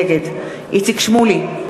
נגד איציק שמולי,